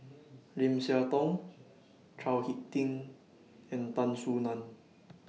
Lim Siah Tong Chao Hick Tin and Tan Soo NAN